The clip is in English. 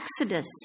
exodus